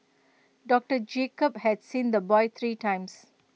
doctor Jacob had seen the boy three times